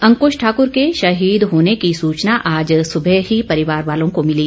अंकश ठाकर के शहीद होने की सूचना आज सूचह ही परिवार वालों को मिली